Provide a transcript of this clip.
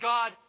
God